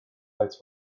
lights